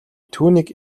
түүнийг